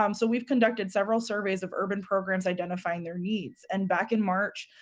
um so we've conducted several surveys of urban programs identifying their needs and back in march,